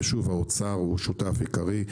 שוב, האוצר הוא שותף עיקרי.